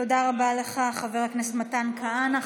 תודה רבה לך, חבר הכנסת מתן כהנא.